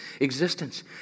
existence